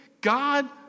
God